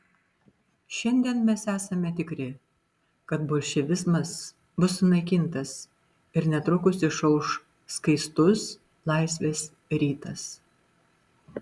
šiandien mes esame tikri kad bolševizmas bus sunaikintas ir netrukus išauš skaistus laisvės rytas